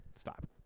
Stop